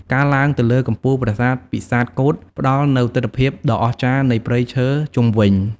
ការឡើងទៅលើកំពូលប្រាសាទពិសាទកូដផ្តល់នូវទិដ្ឋភាពដ៏អស្ចារ្យនៃព្រៃឈើជុំវិញ។